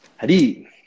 Hadi